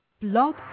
Blog